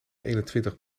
eenentwintig